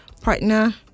partner